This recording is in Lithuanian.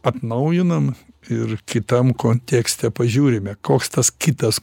atnaujinam ir kitam kontekste pažiūrime koks tas kitas